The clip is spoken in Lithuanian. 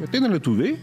ateina lietuviai